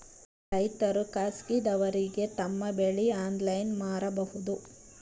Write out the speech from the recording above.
ರೈತರು ಖಾಸಗಿದವರಗೆ ತಮ್ಮ ಬೆಳಿ ಆನ್ಲೈನ್ ಮಾರಬಹುದು?